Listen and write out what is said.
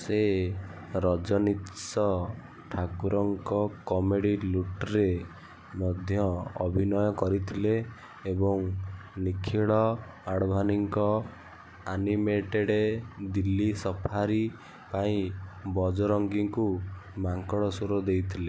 ସେ ରଜନୀଶ ଠାକୁରଙ୍କ କମେଡ଼ି ଲୁଟରେ ମଧ୍ୟ ଅଭିନୟ କରିଥିଲେ ଏବଂ ନିଖିଳ ଆଡ଼ଭାନୀଙ୍କ ଆନିମେଟେଡ୍ ଦିଲ୍ଲୀ ସଫାରୀ ପାଇଁ ବଜରଙ୍ଗୀଙ୍କୁ ମାଙ୍କଡ଼ ସ୍ୱର ଦେଇଥିଲେ